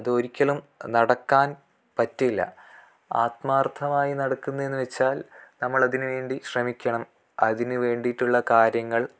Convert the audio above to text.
അതൊരിക്കലും നടക്കാൻ പറ്റില്ല ആത്മാർഥമായി നടക്കുന്നതെന്ന് വെച്ചാൽ നമ്മളതിന് വേണ്ടി ശ്രമിക്കണം അതിനു വേണ്ടിയിട്ടുള്ള കാര്യങ്ങൾ